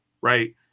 right